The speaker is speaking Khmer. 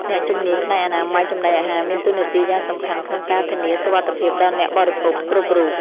អ្នកជំនាញផ្នែកអនាម័យចំណីអាហារមានតួនាទីយ៉ាងសំខាន់ក្នុងការធានាសុវត្ថិភាពដល់អ្នកបរិភោគគ្រប់រូប។